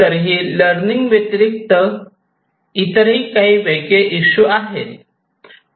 तरीही लर्निंग व्यतिरिक्त इतरही काही वेगळे इशू आहेत